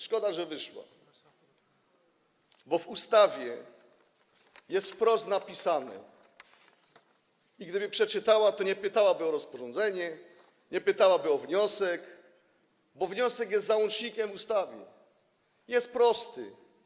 Szkoda, że wyszła, bo w ustawie to jest wprost napisane i gdyby przeczytała, nie pytałaby o rozporządzenie, nie pytałaby o wniosek, bo wniosek jest załącznikiem do ustawy, jest prosty.